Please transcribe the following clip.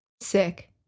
Sick